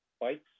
bikes